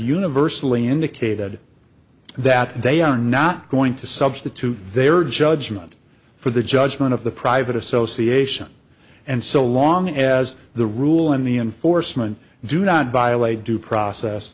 universally indicated that they are not going to substitute their judgment for the judgment of the private association and so long as the rule in the enforcement do not violate due process